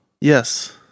Yes